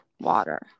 water